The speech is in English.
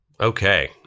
Okay